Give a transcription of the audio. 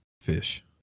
Fish